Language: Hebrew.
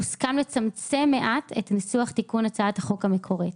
הוסכם לצמצם מעט את ניסוח תיקון הצעת החוק המקורית.